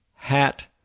Hat